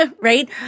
right